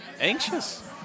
Anxious